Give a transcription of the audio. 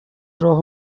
راهو